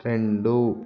రెండు